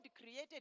created